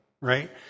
right